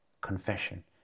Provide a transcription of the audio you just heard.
confession